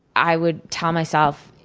i would tell myself,